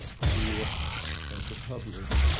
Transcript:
ah for the public.